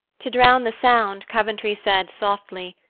to drown the sound, coventry said softly,